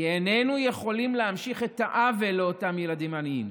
כי איננו יכולים להמשיך את העוול לאותם ילדים עניים,